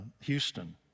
Houston